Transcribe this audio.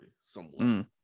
somewhat